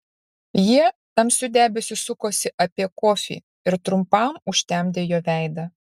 jie tamsiu debesiu sukosi apie kofį ir trumpam užtemdė jo veidą